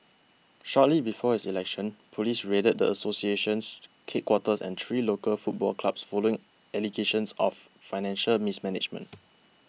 shortly before his election police raided the association's headquarters and three local football clubs following allegations of financial mismanagement